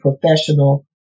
professional